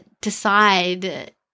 decide